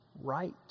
right